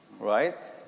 Right